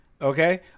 Okay